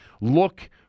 look